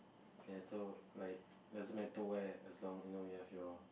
ya so like doesn't matter where as long you know you have your